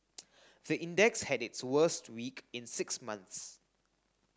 the index had its worst week in six months